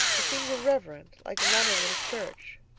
it seems irreverent, like running in a church.